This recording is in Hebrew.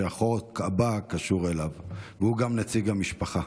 שהחוק הבא קשור אליו והוא גם נציג המשפחה.